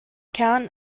count